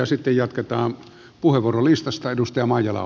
sitten jatketaan puheenvuorolistasta